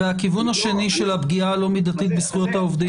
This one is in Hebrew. הכיוון השני של הפגיעה הלא מידתית בזכויות העובדים?